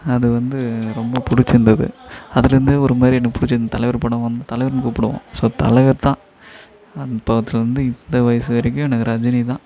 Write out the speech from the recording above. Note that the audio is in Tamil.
அது வந்து ரொம்ப பிடிச்சிருந்தது அதுலிருந்தே ஒருமாதிரி எனக்கு பிடிச்சிருந்துது தலைவர் படம் வந்து தலைவர்னு கூப்பிடுவோம் ஸோ தலைவர் தான் அன் அப்போத்துலருந்து இந்த வயது வரைக்கும் எனக்கு ரஜினிதான்